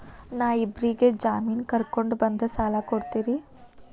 ನಾ ಇಬ್ಬರಿಗೆ ಜಾಮಿನ್ ಕರ್ಕೊಂಡ್ ಬಂದ್ರ ಸಾಲ ಕೊಡ್ತೇರಿ?